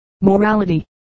Morality